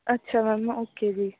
ਅੱਛਾ ma'am okay ਜੀ